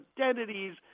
identities